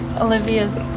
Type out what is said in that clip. Olivia's